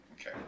Okay